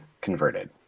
converted